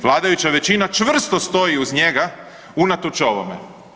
Vladajuća većina čvrsto stoji uz njega unatoč ovome.